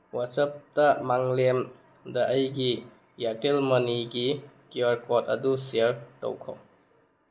ꯋꯥꯆꯞꯇ ꯃꯪꯂꯦꯝꯗ ꯑꯩꯒꯤ ꯏꯌꯥꯔꯇꯦꯜ ꯃꯅꯤꯒꯤ ꯀ꯭ꯋꯨ ꯑꯥꯔ ꯀꯣꯠ ꯑꯗꯨ ꯁꯤꯌꯔ ꯇꯧꯈꯣ